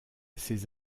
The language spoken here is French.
ses